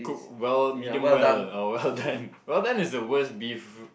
cook well medium well or well done well done is the worst beef